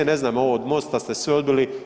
Ne znam ovo od Mosta ste sve odbili.